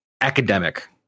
academic